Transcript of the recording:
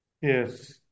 Yes